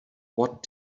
what